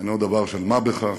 אינו דבר של מה בכך,